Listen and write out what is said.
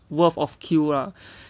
worth of queue lah